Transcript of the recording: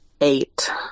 eight